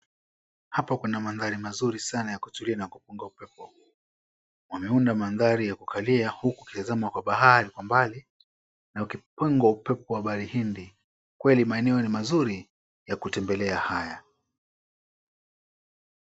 Hapa kuna mandhari mazuri sana ya kutulia na kupunga upepo. Wameunda mandhari ya kukalia huku ukitazama kwa bahari kwa mbali na ukipunga upepo wa bahari Indi. Kweli maeneo ni mazuri ya kutembelea haya.